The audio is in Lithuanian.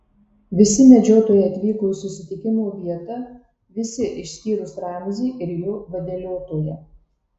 visi medžiotojai atvyko į susitikimo vietą visi išskyrus ramzį ir jo vadeliotoją